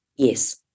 Yes